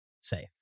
safe